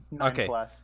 okay